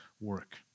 work